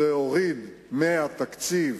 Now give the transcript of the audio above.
הדירה, ומרכיב הקרקע במחיר הדירה,